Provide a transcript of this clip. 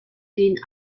den